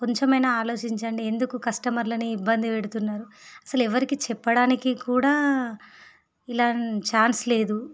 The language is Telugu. కొంచెమైనా ఆలోచించండి ఎందుకు కస్టమర్లను ఇబ్బంది పెడుతున్నారు అస్సలు ఎవరికీ చెప్పడానికి కూడా ఇలా ఛాన్స్ లేదు